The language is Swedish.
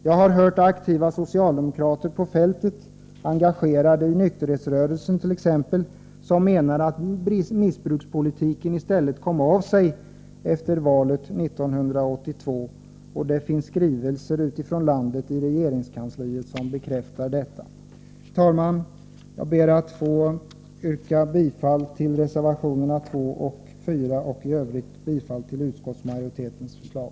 Jag har hört aktiva socialdemokrater på fältet, t.ex. personer som är engagerade i nykterhetsrörelsen, vilka menar att missbrukspolitiken i stället kom av sig efter valet 1982. Det finns i regeringskansliet skrivelser från olika delar av landet som bekräftar det. Herr talman! Jag ber att få yrka bifall till reservationerna 2 och 4 och i övrigt bifall till utskottsmajoritetens hemställan.